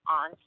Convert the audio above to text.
on